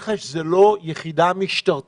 מח"ש היא לא יחידה משטרתית,